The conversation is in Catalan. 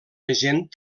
agent